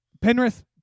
Penrith